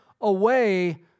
away